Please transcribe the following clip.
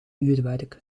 uurwerk